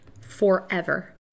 forever